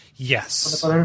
Yes